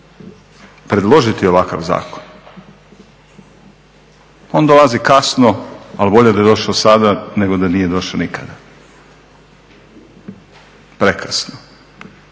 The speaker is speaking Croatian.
predložiti ovakav zakon. On dolazi kasno, ali bolje da je došao sada nego da nije došao nikada, prekasno.